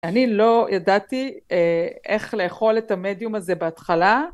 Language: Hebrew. אני לא ידעתי איך לאכול את המדיום הזה בהתחלה.